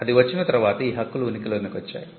అది వచ్చిన తర్వాతే ఈ హక్కులు ఉనికిలోకి వచ్చాయి